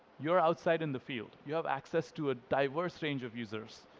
you're outside in the field. you have access to a diverse range of users.